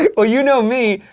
yeah well you know me,